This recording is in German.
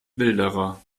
wilderer